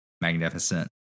magnificent